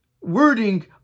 wording